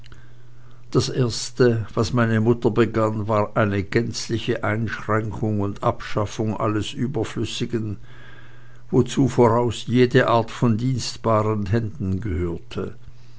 das erste was meine mutter begann war eine gänzliche einschränkung und abschaffung alles überflüssigen wozu voraus jede art von dienstbaren händen gehörte